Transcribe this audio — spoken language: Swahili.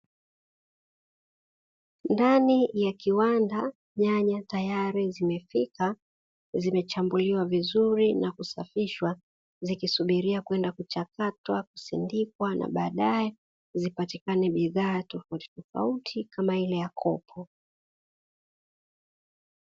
Ndani ya kiwanda, nyanya tayari zimefika, zimechambuliwa vizuri na kusafishwa; zikisubiria kwenda kuchakatwa, kusindikwa, na baadae zipatikane bidhaa tofautitofauti, kama ile ya kopo.